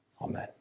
Amen